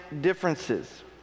differences